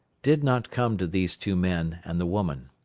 did not come to these two men and the woman.